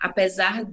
Apesar